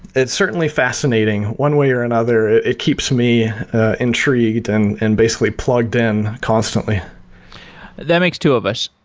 it's certainly fascinating. one way or another, it keeps me intrigued and and basically plugged in constantly that makes two of us.